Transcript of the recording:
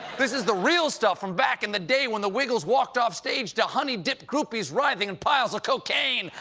this is the real stuff from back in the day when the wiggles walked off stage to honey-dipped groupies writhing in piles of cocaine.